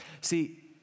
See